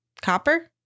Copper